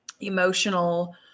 emotional